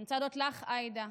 אני רוצה להודות לך, עאידה,